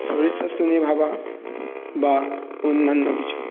শরীর স্বাস্থ্য নিয়ে ভাবা বা অন্যান্য কিছু